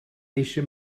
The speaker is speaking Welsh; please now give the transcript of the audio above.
eisiau